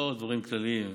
לא דברים כלליים,